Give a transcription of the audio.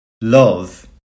Love